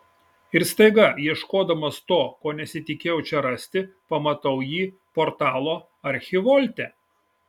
ir staiga ieškodamas to ko nesitikėjau čia rasti pamatau jį portalo archivolte